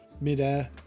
midair